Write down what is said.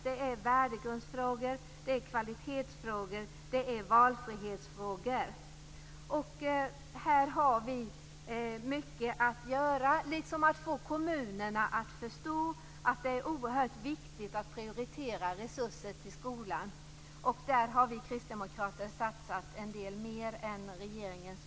Det är värdegrundsfrågor, kvalitetsfrågor och valfrihetsfrågor. Här har vi mycket att göra, t.ex. att få kommunerna att förstå att det är oerhört viktigt att prioritera resurser till skolan. Där har vi kristdemokrater satsat en del mer än regeringen.